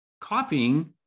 copying